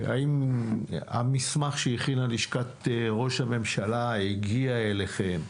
האם המסמך שהכינה לשכת ראש הממשלה הגיעה אליכם?